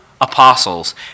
apostles